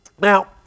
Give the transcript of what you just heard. now